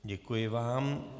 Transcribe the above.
Děkuji vám.